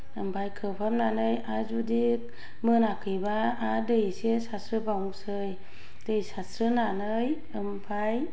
ओमफाय खोबहाबनानै आरो जुदि मोनाखैबा आरो दै इसे सारस्रोबावनोसै दै सारस्रोनानै ओमफाय